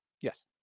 Yes